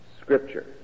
scripture